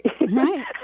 right